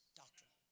doctrine